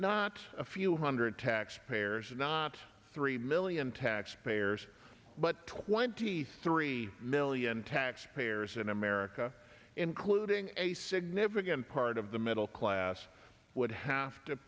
not a few hundred taxpayers not three million taxpayers but twenty three million taxpayers in america including a significant part of the middle class would have to